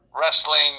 wrestling